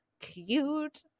cute